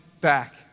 back